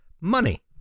money